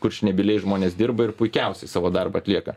kurčnebyliai žmonės dirba ir puikiausiai savo darbą atlieka